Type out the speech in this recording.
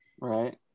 right